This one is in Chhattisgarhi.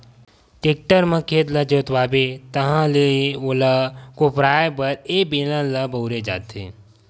टेक्टर म खेत ल जोतवाबे ताहाँले ओला कोपराये बर ए बेलन ल बउरे जाथे